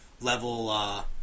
level